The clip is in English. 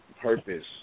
purpose